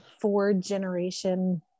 four-generation